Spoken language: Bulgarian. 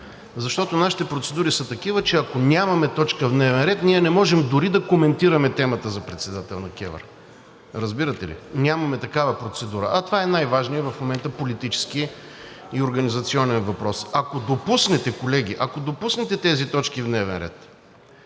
Защото нашите процедури са такива, че ако нямаме точка в дневния ред, ние не можем дори да коментираме темата за председател на КЕВР. Разбирате ли? Нямаме такава процедура, а това е най-важният в момента политически и организационен въпрос. Ако допуснете, колеги, тези точки в дневния ред